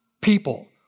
people